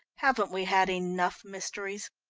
haven't we had enough mysteries?